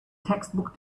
textbook